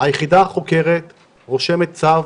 היחידה החוקרת רושמת צו